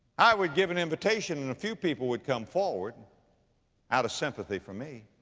i would give an invitation and a few people would come forward out of sympathy for me